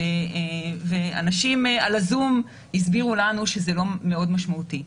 ואנשים בזום הסבירו לנו שזה לא מאוד משמעותי,